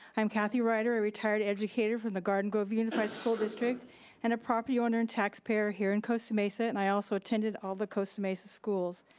i'm kathy rider, a retired educator from the garden grove unified school district and a property owner and taxpayer here at and costa mesa, and i also attended all the costa mesa schools.